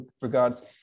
regards